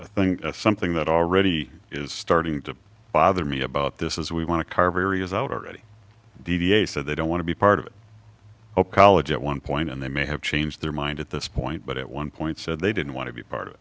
think something that already is starting to bother me about this is we want to carve areas out already d d a said they don't want to be part of college at one point and they may have changed their mind at this point but at one point said they didn't want to be part of